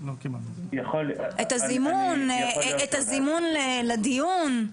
את הזימון לדיון,